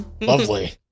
Lovely